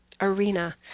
arena